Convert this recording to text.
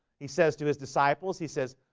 he says to his disciples. he says